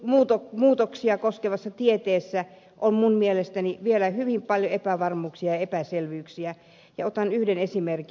tässä ilmastonmuutoksia koskevassa tieteessä on minun mielestäni vielä hyvin paljon epävarmuuksia ja epäselvyyksiä ja otan yhden esimerkin